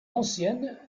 ancienne